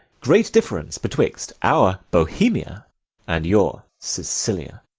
great difference betwixt our bohemia and your sicilia.